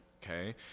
Okay